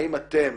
האם אתם